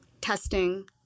testing